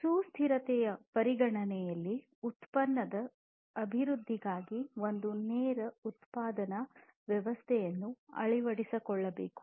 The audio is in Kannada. ಸುಸ್ಥಿರತೆಯ ಪರಿಗಣನೆಗಳಲ್ಲಿ ಉತ್ಪನ್ನದ ಅಭಿವೃದ್ಧಿಗಾಗಿ ಒಂದು ನೇರ ಉತ್ಪಾದನಾ ವ್ಯವಸ್ಥೆಯನ್ನು ಅಳವಡಿಸಿಕೊಳ್ಳುವುದು